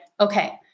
Okay